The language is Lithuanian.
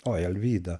oi alvyda